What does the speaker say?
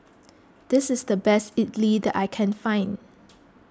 this is the best Idly that I can find